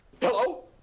Hello